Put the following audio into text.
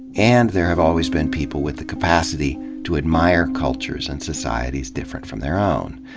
and there have always been people with the capacity to admire cultures and societies different from their own.